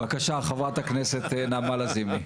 בבקשה, חברת הכנסת נעמה לזימי.